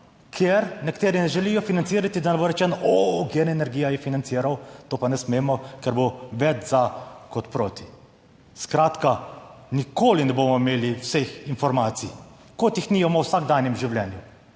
ker nekateri ne želijo financirati, da ne bo rečeno o GEN energija je financiral, to pa ne smemo, ker bo več za kot proti. Skratka, nikoli ne bomo imeli vseh informacij, kot jih nimamo v vsakdanjem življenju.